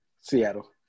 Seattle